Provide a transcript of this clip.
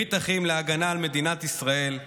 ברית אחים להגנה על מדינת ישראל,